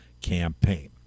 campaign